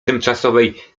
tymczasowej